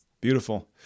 Beautiful